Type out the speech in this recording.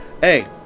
Hey